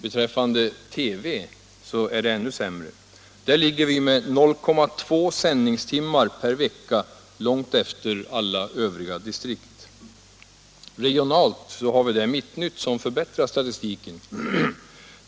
Beträffande TV är det ännu sämre. Där ligger vi med 0,2 sändningstimmar per vecka långt efter alla övriga distrikt. Regionalt har vi där Mitt Nytt, som förbättrar statistiken.